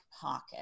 pocket